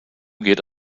geht